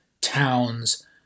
Towns